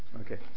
Okay